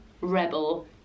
rebel